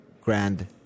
grand